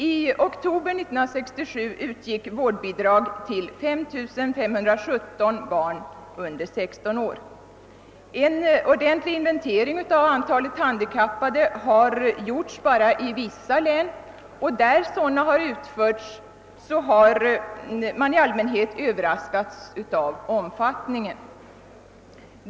I oktober 1967 utgick vårdbidrag till 5 517 barn under 16 år. En ordentlig inventering av antalet handikappade har gjorts bara i vissa län, men där sådan inventering utförts har man i allmänhet överraskats av omfattningen.